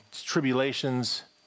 tribulations